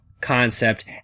concept